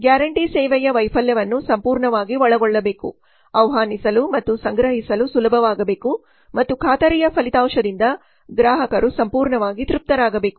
guarantee ಸೇವೆಯ ವೈಫಲ್ಯವನ್ನು ಸಂಪೂರ್ಣವಾಗಿ ಒಳಗೊಳ್ಳಬೇಕು ಆಹ್ವಾನಿಸಲು ಮತ್ತು ಸಂಗ್ರಹಿಸಲು ಸುಲಭವಾಗಬೇಕು ಮತ್ತು ಖಾತರಿಯ ಫಲಿತಾಂಶದಿಂದ ಗ್ರಾಹಕರು ಸಂಪೂರ್ಣವಾಗಿ ತೃಪ್ತರಾಗಬೇಕು